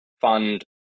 fund